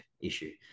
issue